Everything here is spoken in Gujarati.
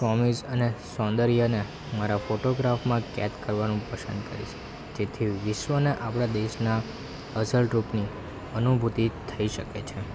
કોમીઝ અને સોંદર્યને મારા ફોટોગ્રાફમાં કેદ કરવાનું પસંદ કરીશ તેથી વિશ્વને આપણા દેશના અસલ રૂપની અનુભૂતિ થઈ શકે છે